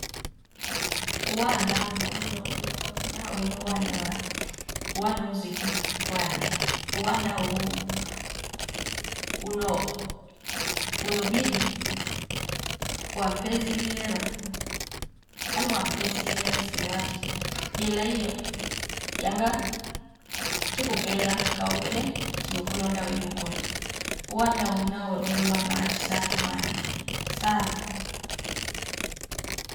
Uwanda ulo wino uno na wino uwanda wa wando uzipe kwane uwanda uuu uno- uno bibi wampezili ela anu wampezili ela sile wati ila iyo yanga chiku pela kaumbile chino kulonda waimu kola uwanda una we- wenu wabahati sanu kwane sana